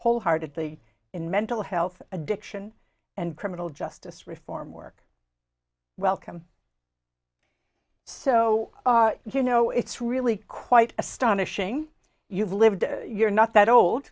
wholeheartedly in mental health addiction and criminal justice reform work welcome so you know it's really quite astonishing you've lived you're not that old